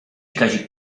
kazik